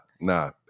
nah